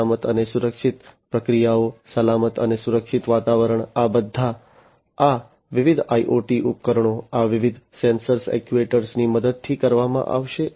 સલામત અને સુરક્ષિત પ્રક્રિયાઓ સલામત અને સુરક્ષિત વાતાવરણ આ બધું આ વિવિધ IoT ઉપકરણો આ વિવિધ સેન્સર એક્ટ્યુએટર્સની મદદથી કરવામાં આવશે